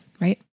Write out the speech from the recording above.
right